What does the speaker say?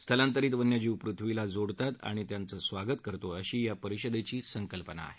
स्थलांतरीत वन्यजीव पृथ्वीला जोडतात आणि त्यांचे स्वागत करतो अशी परिषदेची यंदाची संकल्पना आहे